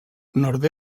nord